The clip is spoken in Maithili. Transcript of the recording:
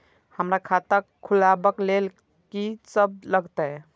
हमरा खाता खुलाबक लेल की सब लागतै?